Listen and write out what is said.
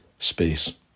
space